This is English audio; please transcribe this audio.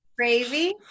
Gravy